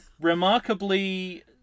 remarkably